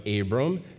Abram